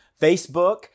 Facebook